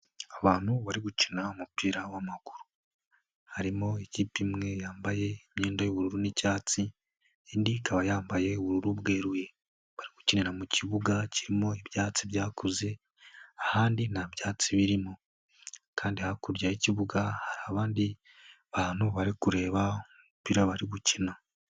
Abantu bari gukina umupira w'amaguru, harimo ikipe imwe yambaye imyenda y'ubururu n'icyatsi, indi ikaba yambaye ubururu bweruye, bari gukinira mu kibuga kirimo ibyatsi byakuze, ahandi ntabyatsi birimo kandi hakurya y'ikibuga hari abandi bantu bari kureba umupira bari gukina.